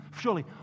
Surely